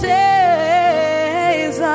days